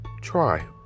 try